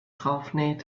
draufnäht